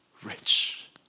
Rich